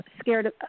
scared